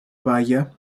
baya